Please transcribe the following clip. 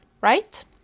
right